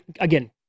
again